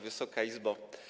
Wysoka Izbo!